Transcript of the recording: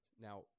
Now